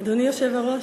אדוני היושב-ראש,